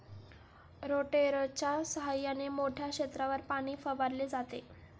रोटेटरच्या सहाय्याने मोठ्या क्षेत्रावर पाणी फवारले जाते